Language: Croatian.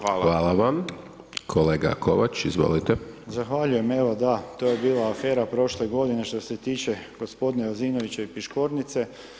Zahvaljujem evo, da, to je bila afera prošle godine što se tiče gospodina Jozinovića i Piškornice.